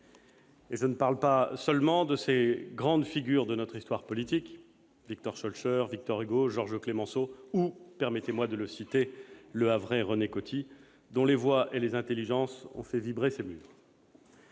Et je ne parle pas seulement de ces grandes figures de notre histoire politique- Victor Schoelcher, Victor Hugo, Georges Clemenceau ou, permettez-moi de le citer, le Havrais René Coty -dont les voix et les intelligences ont fait vibrer ces murs.